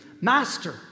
Master